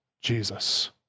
Jesus